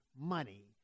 money